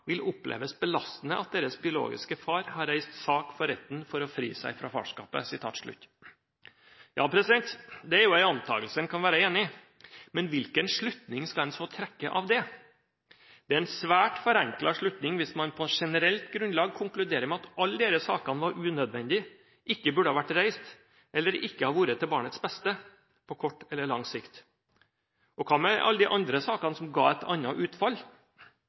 vil oppleves belastende at deres biologiske far har reist sak for retten for å fri seg fra farskapet.» Ja, det er jo en antakelse en kan være enig i. Men hvilken slutning skal en så trekke av det? Det er en svært forenklet slutning hvis man på generelt grunnlag konkluderer med at alle disse sakene var unødvendige, ikke burde ha vært reist, eller ikke har vært til barnets beste, på kort eller lang sikt. Og hva med alle de andre sakene, som ga et annet utfall?